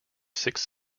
six